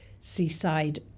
seaside